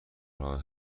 راه